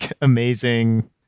amazing